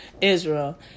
Israel